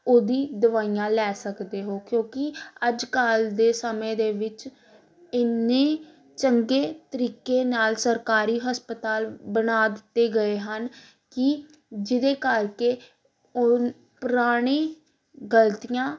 ਉਹਦੀ ਦਵਾਈਆਂ ਲੈ ਸਕਦੇ ਹੋ ਕਿਉਂਕਿ ਅੱਜ ਕੱਲ ਦੇ ਸਮੇਂ ਦੇ ਵਿੱਚ ਇੰਨੇ ਚੰਗੇ ਤਰੀਕੇ ਨਾਲ ਸਰਕਾਰੀ ਹਸਪਤਾਲ ਬਣਾ ਦਿੱਤੇ ਗਏ ਹਨ ਕਿ ਜਿਹਦੇ ਕਰਕੇ ਉਹ ਪੁਰਾਣੇ ਗਲਤੀਆਂ